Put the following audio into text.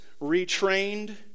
retrained